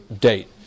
date